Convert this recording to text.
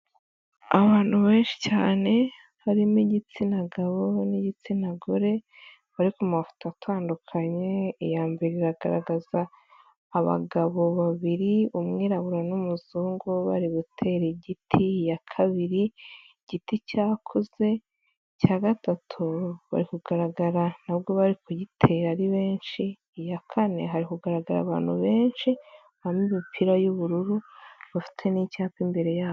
Abantu benshi cyane, harimo igitsina gabo n'igitsina gore, bari ku mafoto atandukanye, iya mbere iragaragaza abagabo babiri, umwirabura n'umuzungu bari gutera igiti, iya kabiri igiti cyakuze, icya gatatu, bari kugaragara ahubwo bari kugitera ari benshi, iya kane hari kugaragara abantu benshi mo imipira y'ubururu bafite n'icyapa imbere yabo.